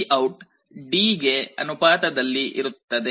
VOUT D ಗೆ ಅನುಪಾತದಲ್ಲಿ ಇರುತ್ತದೆ